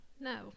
No